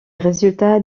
résultats